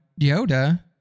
Yoda